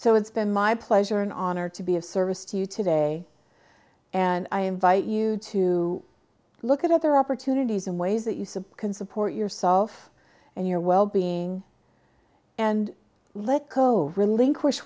so it's been my pleasure and honor to be of service to you today and i invite you to look at other opportunities and ways that use of can support yourself and your well being and let go relinquish